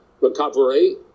recovery